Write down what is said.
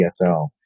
DSL